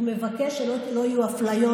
הוא מבקש שלא יהיו אפליות.